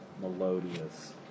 melodious